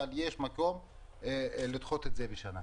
אבל יש מקום לדחות את זה בשנה.